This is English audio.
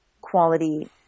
Quality